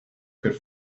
could